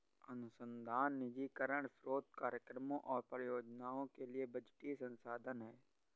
अनुसंधान निधीकरण स्रोत कार्यक्रमों और परियोजनाओं के लिए बजटीय संसाधन है